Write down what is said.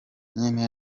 nyine